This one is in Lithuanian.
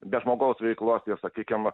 be žmogaus veiklos ir sakykim